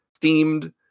themed